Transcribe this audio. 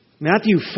Matthew